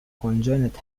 conjoined